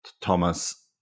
Thomas